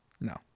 No